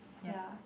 ya